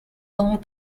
long